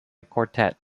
quartet